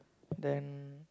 then